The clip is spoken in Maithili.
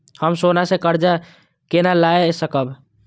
हम सोना से कर्जा केना लाय सकब?